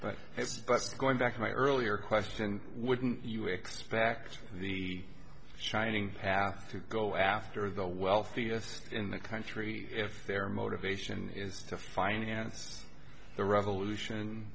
just going back to my earlier question wouldn't you expect the shining path to go after the wealthiest in the country if their motivation is to finance the revolution